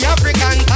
African